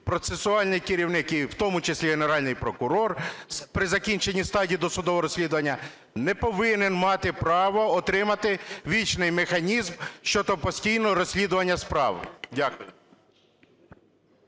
процесуальний керівник і в тому числі Генеральний прокурор при закінченні стадії досудового розслідування не повинен мати право отримати вічний механізм щодо постійного розслідування справи. Дякую.